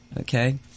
okay